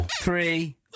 three